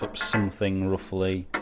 ah something roughly